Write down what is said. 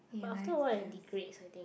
but after a while it degrades I think